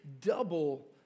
double